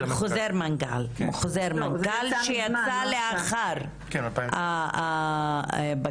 חוזר מנכ"ל שיצא לאחר הבג"צ.